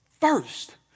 first